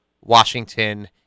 Washington